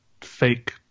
fake